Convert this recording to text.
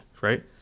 Right